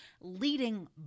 leading